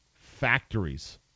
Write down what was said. factories